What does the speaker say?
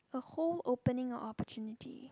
a whole opening of opportunity